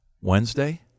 Wednesday